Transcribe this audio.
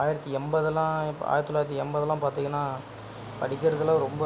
ஆயிரத்தி எண்பதெல்லாம் இப்போ ஆயிரத்தி தொள்ளாயிரத்தி எண்பதெல்லாம் பார்த்திங்கனா படிக்கிறதுலாம் ரொம்ப